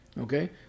Okay